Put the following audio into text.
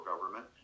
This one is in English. government